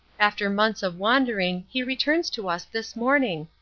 after months of wandering he returns to us this morning.